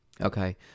Okay